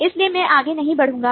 इसलिए मैं आगे नहीं बढ़ूंगा